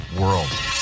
world